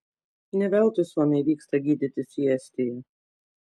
ne veltui suomiai vyksta gydytis į estiją